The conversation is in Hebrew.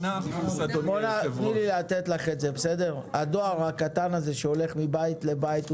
8%. הדואר הקטן הזה שהולך מבית לבית,